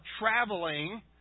traveling